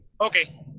okay